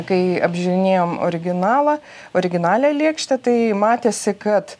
kai apžiūrinėjom originalą originalią lėkštę tai matėsi kad